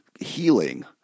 healing